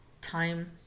time